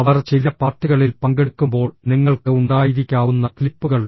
അവർ ചില പാർട്ടികളിൽ പങ്കെടുക്കുമ്പോൾ നിങ്ങൾക്ക് ഉണ്ടായിരിക്കാവുന്ന ക്ലിപ്പുകൾ